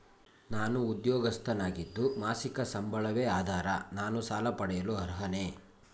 ನಾನು ಉದ್ಯೋಗಸ್ಥನಾಗಿದ್ದು ಮಾಸಿಕ ಸಂಬಳವೇ ಆಧಾರ ನಾನು ಸಾಲ ಪಡೆಯಲು ಅರ್ಹನೇ?